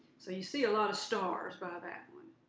so you see a lot of stars by that one.